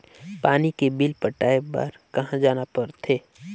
पानी के बिल पटाय बार कहा जाना पड़थे?